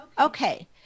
Okay